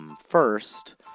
First